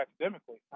academically